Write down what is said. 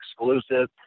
exclusive